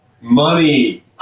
money